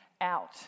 out